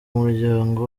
muryango